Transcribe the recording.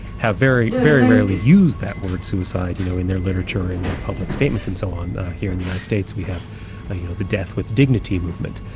have very very rarely used that word suicide you know in their literature, or in their public statements and so on. here in the united states we have ah you know the death with dignity movement.